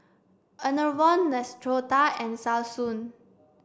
Enervon Neostrata and Selsun